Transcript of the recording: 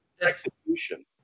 execution